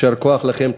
יישר כוח לכם.